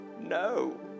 no